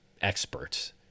experts